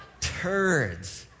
Turds